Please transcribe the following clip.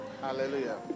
Hallelujah